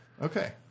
Okay